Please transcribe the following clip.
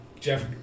Jeff